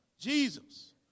Jesus